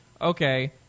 okay